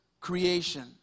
creation